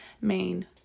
main